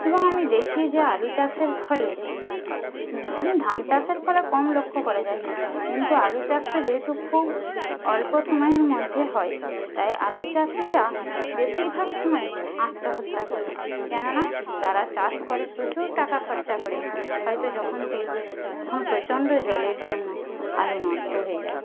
এবং আমি দেখি যে আলু চাষের ফলে ধান চাষের পরে কম লক্ষ্য করা যায় কিন্তু আলু চাষটা যেহেতু খুব অল্প সময়ের মধ্যে হয় তাই আলু চাষিরা বেশিরভাগ সময়েই আত্মহত্যা করে কেন না তারা চাষ করে প্রচুর টাকা খরচা করে হয়তো যখন তুলবে তখন প্রচণ্ড জলের জন্য আলু নষ্ট হয়ে যায়